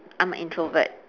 I'm an introvert